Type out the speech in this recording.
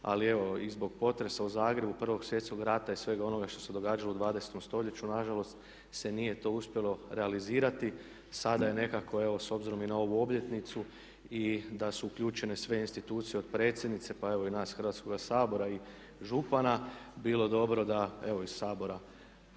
ali evo i zbog potresa u Zagrebu, Prvog svjetskog rata i svega onoga što se događalo u 20. stoljeću na žalost se nije to uspjelo realizirati. Sada je nekako evo s obzirom i na ovu obljetnicu i da su uključene sve institucije od predsjednice, pa evo i nas Hrvatskoga sabora i župana bilo dobro da evo iz Sabora